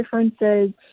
differences